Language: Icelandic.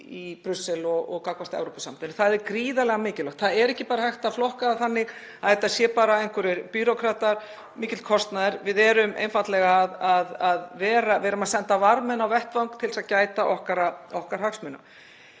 í Brussel og gagnvart Evrópusambandinu. Það er gríðarlega mikilvægt. Það er ekki hægt að flokka það þannig að þetta sé bara einhverjir bírókratar og mikill kostnaður. Við erum einfaldlega að senda varðmenn á vettvang til þess að gæta að okkar hagsmunum.